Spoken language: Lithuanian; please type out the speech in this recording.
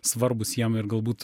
svarbūs jiem ir galbūt